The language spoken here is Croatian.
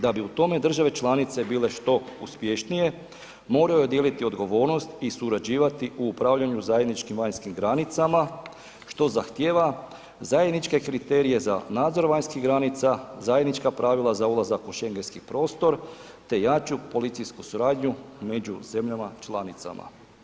Da bi u tome države članice bile što uspješnije moraju dijeliti odgovornost i surađivati u upravljanju zajedničkim vanjskim granicama što zahtjeva zajedničke kriterije za nadzor vanjskih granica, zajednička pravila za ulazak u schengenski prostor te jaču policijsku suradnju među zemljama članicama.